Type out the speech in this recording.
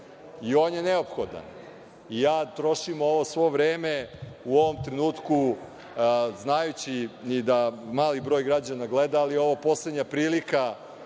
I on je neophodan. I ja trošim ovo svo vreme u ovom trenutku znajući i da mali broj građana gleda, ali ovo je poslednja prilika